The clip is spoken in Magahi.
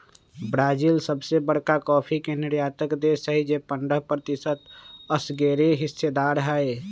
ब्राजील सबसे बरका कॉफी के निर्यातक देश हई जे पंडह प्रतिशत असगरेहिस्सेदार हई